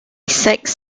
sixth